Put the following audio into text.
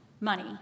money